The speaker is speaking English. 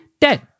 dead